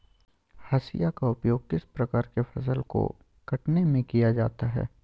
हाशिया का उपयोग किस प्रकार के फसल को कटने में किया जाता है?